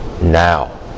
Now